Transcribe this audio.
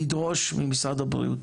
לדרוש ממשרד הבריאות,